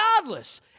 godless